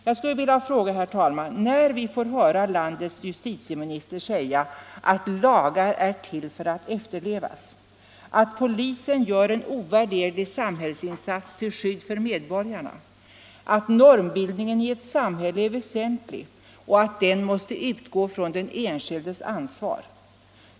Jag skulle, herr talman, vilja fråga: När får vi höra landets justitieminister säga att lagar är till för att efterlevas, att polisen gör en ovärderlig samhällsinsats till skydd för medborgarna, att normbildningen i ett samhälle är väsentlig och att den måste utgå från den enskildes ansvar?